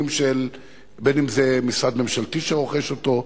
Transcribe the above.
בין אם זה משרד ממשלתי שרוכש אותם,